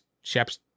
Shep's